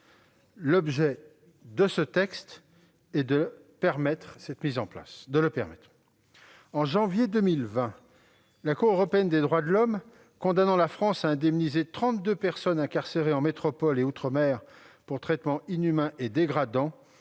voie de recours. Au mois de janvier 2020, la Cour européenne des droits de l'homme, condamnant la France à indemniser trente-deux personnes incarcérées en métropole et outre-mer pour traitements inhumains et dégradants